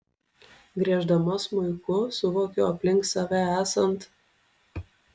grieždama smuiku suvokiu aplink save esant